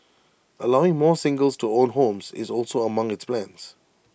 allowing more singles to own homes is also among its plans